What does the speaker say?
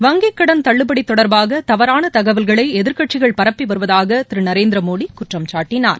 வங்கிக் கடன் தள்ளுபடி தொடர்பாக தவறான தகவல்களை எதிர்க்கட்சிகள் பரப்பி வருவதாக திரு நரேந்திர மோடி குற்றம் சாட்டினார்